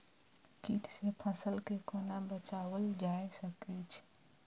कीट से फसल के कोना बचावल जाय सकैछ?